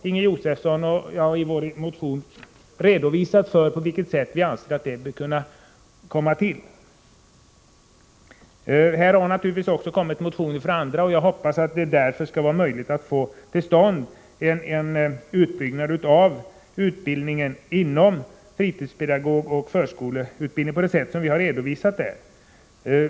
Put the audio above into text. Inger Josefsson och jag har i vår motion redovisat hur vi anser att utbyggnaden skall gå till. Det har naturligtvis också kommit motioner från andra, och jag hoppas att det därför skall vara möjligt att få till stånd en utbyggnad av fritidspedagogoch förskollärarutbildningen på det sätt som vi har redovisat.